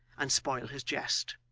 and spoil his jest.